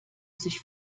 sich